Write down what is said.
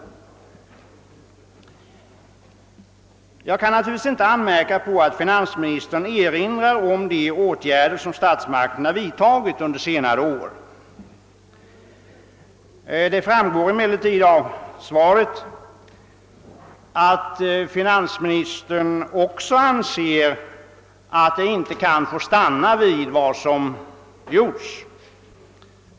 Jag kan naturligtvis inte anmärka på att finansministern erinrar om de åtgärder som statsmakterna vidtagit under senare år. Det framgår emellertid av svaret att finansministern också anser att det inte kan få stanna vid vad som gjorts.